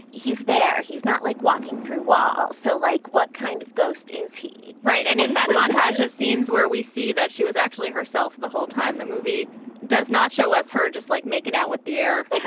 he's there. he's not like walking through walls. so like what kind of ghost is he. right and in that montage of scenes where we see that she was actually herself the whole time the movie does not show us her just like making out with the air.